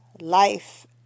life